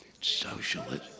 socialism